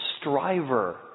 striver